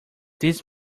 this